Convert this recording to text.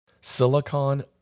Silicon